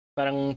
Parang